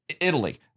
Italy